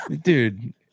dude